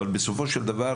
אבל בסופו של דבר,